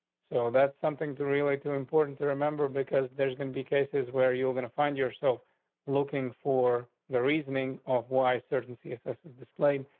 so that's something to really too important to remember because there's gonna be cases where you're gonna find yourself looking for the reasoning off. why certain css is displayed.